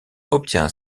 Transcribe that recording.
obtient